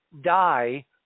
die